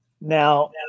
Now